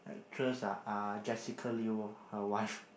actress ah Jessica-Liu lor her wife